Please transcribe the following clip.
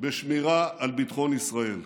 בשמירה על ביטחון ישראל.